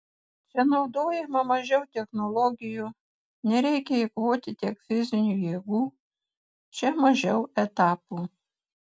čia naudojama mažiau technologijų nereikia eikvoti tiek fizinių jėgų čia mažiau etapų